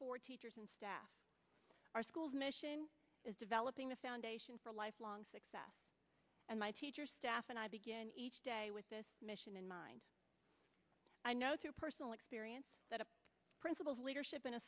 four teachers and staff our schools mission is developing the foundation for lifelong success and my teachers staff and i begin each day with this mission in mind i know through personal experience that a principle of leadership in a